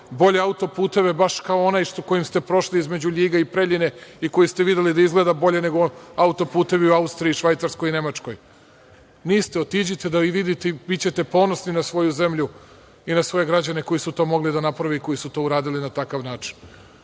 bolje autoputeve baš kao onaj kojim ste prošli između LJiga i Preljine i koji ste videli da izgleda bolje autoputevi u Austriji, Švajcarskoj i Nemačkoj. Niste, otidite da vidite i bićete ponosni na svoju zemlju i na svoje građane koji su to mogli da naprave i koji su to uradili na takav način. Uskoro